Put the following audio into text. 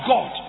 God